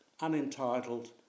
unentitled